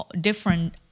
different